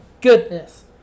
goodness